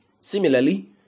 Similarly